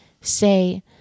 Say